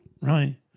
right